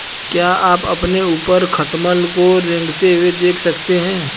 क्या आप अपने ऊपर खटमल को रेंगते हुए देख सकते हैं?